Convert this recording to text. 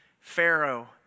Pharaoh